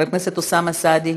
חבר הכנסת אוסאמה סעדי,